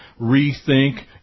rethink